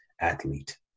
athlete